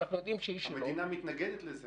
ואנחנו יודעים שהיא שלו --- המדינה מתנגדת לזה,